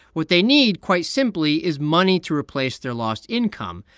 what they need, quite simply, is money to replace their lost income.